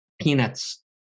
Peanuts